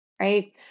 Right